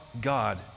God